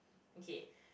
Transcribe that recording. okay